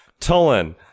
Tolan